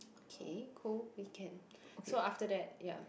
okay go weekend so after that ya